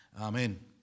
Amen